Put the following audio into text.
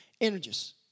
energies